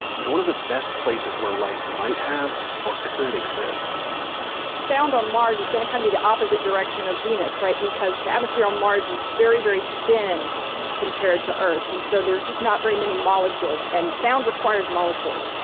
it's one of the best places where life might have, or could exist sound on mars is going to kind of be the opposite direction of venus because the atmosphere on mars is very, very thin compared to earth's and so there's just not very many molecules and sound requires molecules